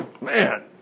Man